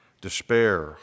despair